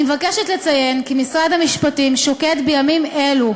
אני מבקשת לציין כי משרד המשפטים שוקד בימים אלו